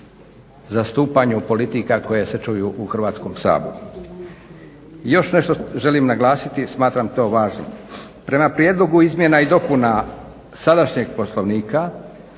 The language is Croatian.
zastupanju politika koje se čuju u Hrvatskom saboru. I još nešto želim naglasiti, jer smatram to važnim. Prema prijedlogu izmjena i dopuna sadašnjeg Poslovnika